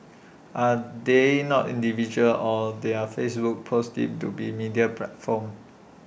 are they not individuals or their Facebook posts deemed to be media platforms